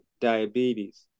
diabetes